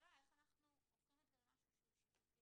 השאלה איך אנחנו הופכים את זה למשהו שהוא שיטתי,